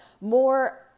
more